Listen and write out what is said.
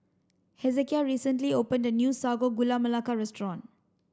Hezekiah recently opened a new Sago Gula Melaka restaurant